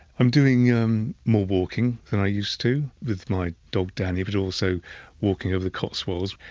i'm doing um more walking than i used to, with my dog danny, but also walking over the cotswolds.